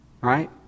right